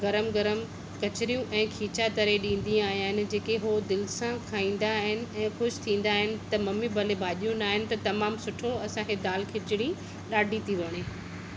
गरमु गरमु कचरियूं ऐं खीचा तरे ॾींदी आहियां जेके हो दिल सा खाईंदा आहिनि ऐ ख़ुश थींदा आहिनि त मम्मी भले भाॼियूं न आहिनि त तमामु सुठो असां खे दाल खिचणी ॾाढी थी वणे